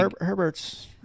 Herbert's